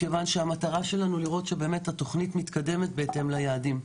מכיוון שהמטרה שלנו היא לראות שהתוכנית מתקדמת בהתאם ליעדים.